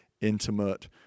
intimate